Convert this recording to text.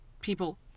people